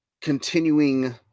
continuing